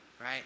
right